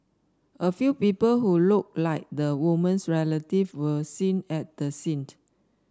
a few people who looked like the woman's relative were seen at the scent